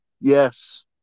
yes